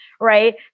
right